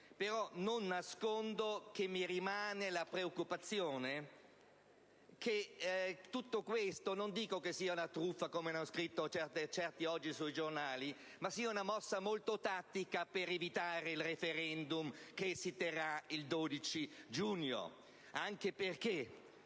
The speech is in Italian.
Però non nascondo che mi rimane la preoccupazione che tutto questo, non dico che sia una truffa, come ha scritto qualcuno oggi sui giornali, ma una mossa molto tattica per evitare il *referendum* che si terrà il 12 giugno. Ieri